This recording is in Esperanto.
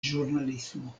ĵurnalismo